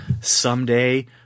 Someday